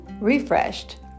refreshed